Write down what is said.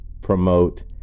promote